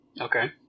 Okay